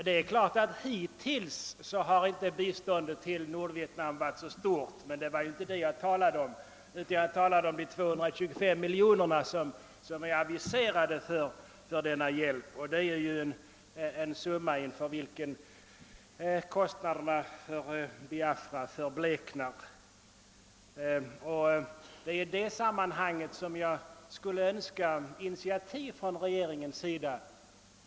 Herr talman! Hittills har ju inte biståndet till Nordvietnam varit så stort, men det var inte detta jag talade om utan de 225 miljoner som är aviserade för denna hjälp. Det är ju en summa in för vilken kostnaderna för Biafra förbleknar. Det är i det sammanhanget som jag skulle önska initiativ från regeringens sida.